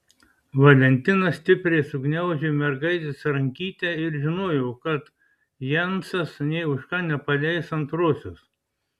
valentina stipriai sugniaužė mergaitės rankytę ir žinojo kad jensas nė už ką nepaleis antrosios